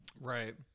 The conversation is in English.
Right